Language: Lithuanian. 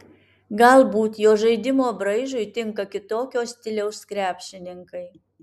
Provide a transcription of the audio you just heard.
galbūt jo žaidimo braižui tinka kitokio stiliaus krepšininkai